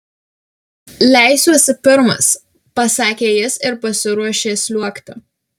leisiuosi pirmas pasakė jis ir pasiruošė sliuogti